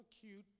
cute